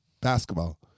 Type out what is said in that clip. basketball